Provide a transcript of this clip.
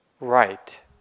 right